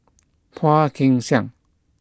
Phua Kin Siang